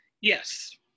Yes